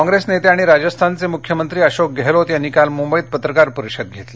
काँग्रेस नेते आणि राजस्थानचे मुख्यमंत्री अशोक गेहलोत यांनी काल मुंबईत पत्रकार परिषद घेतली